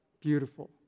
beautiful